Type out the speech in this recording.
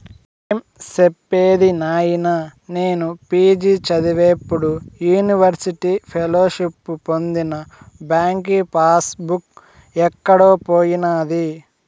ఏం సెప్పేది నాయినా, నేను పి.జి చదివేప్పుడు యూనివర్సిటీ ఫెలోషిప్పు పొందిన బాంకీ పాస్ బుక్ ఎక్కడో పోయినాది